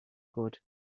good